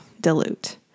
dilute